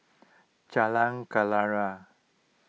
Jalan Kenarah